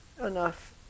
enough